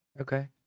Okay